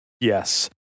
Yes